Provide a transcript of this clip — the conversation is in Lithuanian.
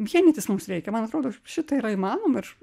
vienytis mums reikia man atrodo šita yra įmanoma ir